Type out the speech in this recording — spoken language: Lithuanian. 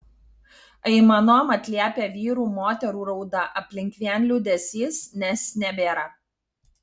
aimanom atliepia vyrų moterų rauda aplink vien liūdesys nes nebėra